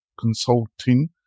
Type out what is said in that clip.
Consulting